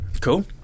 Cool